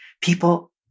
People